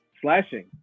slashing